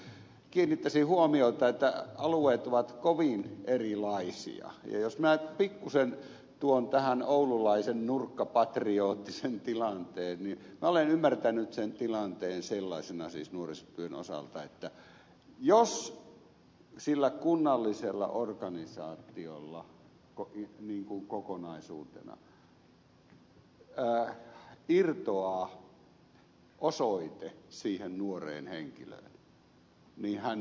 mutta arvoisa puhemies kiinnittäisin huomiota siihen että alueet ovat kovin erilaisia ja jos minä nyt pikkuisen tuon tähän oululaisen nurkkapatrioottisen tilanteen niin minä olen ymmärtänyt sen tilanteen sellaisena siis nuorisotyön osalta että jos sillä kunnallisella organisaatiolla kokonaisuutena irtoaa osoite siihen nuoreen henkilöön niin hän on miltei menetetty pitkäksi aikaa